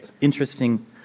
interesting